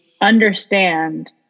understand